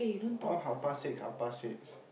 all half past six half past six